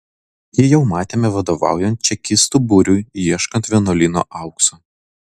jį jau matėme vadovaujant čekistų būriui ieškant vienuolyno aukso